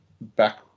back